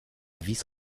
vice